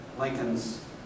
Lincoln's